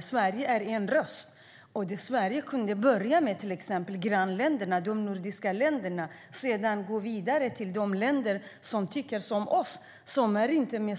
Sverige är en röst. Och Sverige skulle till exempel kunna börja med att påverka de nordiska grannländerna och sedan gå vidare till de länder som tycker som vi.